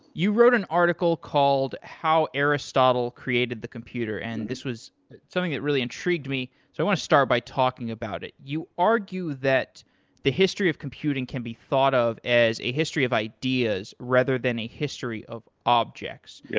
you wrote an article called how aristotle created the computer, and this was something that really intrigued me. i want to start by talking about it. you argue that the history of computing can be thought of as a history of ideas rather than a history of objects. yeah